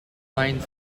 mine